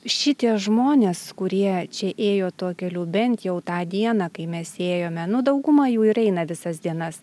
šitie žmonės kurie čia ėjo tuo keliu bent jau tą dieną kai mes ėjome nu daugumą jų ir eina visas dienas